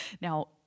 Now